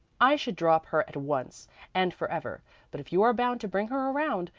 i should drop her at once and forever but, if you are bound to bring her around,